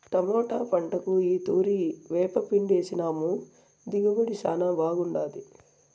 tomato పంటకు ఈ తూరి వేపపిండేసినాము దిగుబడి శానా బాగుండాది